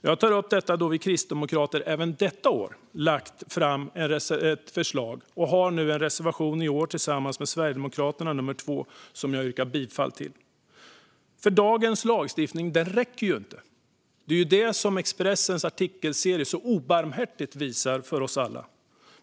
Jag tar upp detta då vi kristdemokrater även detta år har lagt fram ett förslag. Vi har i år en reservation tillsammans med Sverigedemokraterna, reservation nr 2, som jag yrkar bifall till. Dagens lagstiftning räcker nämligen inte. Det är det Expressens artikelserie så obarmhärtigt visar för oss alla.